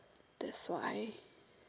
that's why